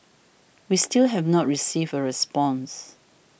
we still have not received a response